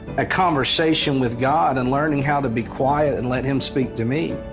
a conversation with god and learning how to be quiet and let him speak to me.